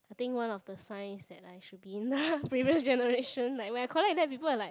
I think one of the signs that I should be in the previous generation like when I collect that people were like